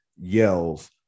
yells